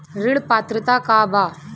ऋण पात्रता का बा?